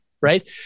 right